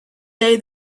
day